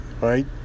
right